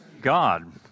God